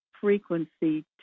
frequency